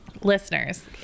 Listeners